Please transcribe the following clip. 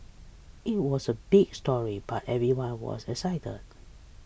it was a big story but everyone was excited